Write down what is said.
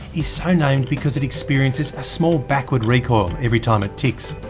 is so named because it experiences a small backward recoil every time it ticks.